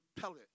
pellet